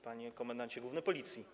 Panie Komendancie Główny Policji!